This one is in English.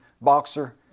boxer